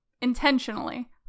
intentionally